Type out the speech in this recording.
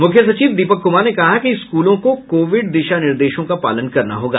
मुख्य सचिव दीपक कुमार ने कहा कि स्कूलों को कोविड दिशा निर्देशों का पालन करना होगा